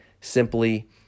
simply